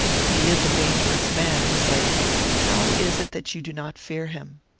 he is a dangerous man, he said how is it that you do not fear him?